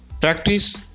Practice